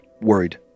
worried